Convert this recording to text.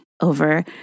over